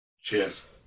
Cheers